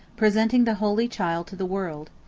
presenting the holy child to the world.